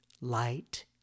light